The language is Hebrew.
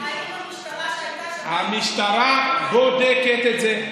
האם המשטרה שהייתה שם, המשטרה בודקת את זה.